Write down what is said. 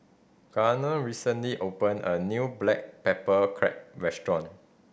Garner recently opened a new black pepper crab restaurant